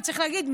צריך להגיד,